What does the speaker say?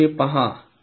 तर तुम्ही पहा